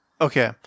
okay